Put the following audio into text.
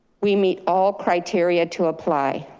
we meet all criteria to apply.